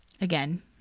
again